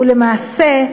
ולמעשה,